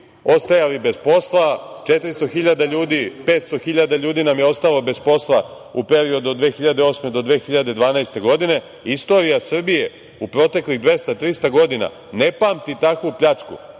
ostajali bez posla, 400.000 ljudi, 500.000 ljudi nam je ostalo bez posla u periodu od 2008. do 2012. godine. Istorija Srbije u proteklih 200, 300 godina ne pamti takvu pljačku